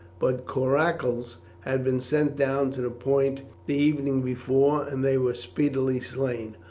but coracles had been sent down to the point the evening before, and they were speedily slain.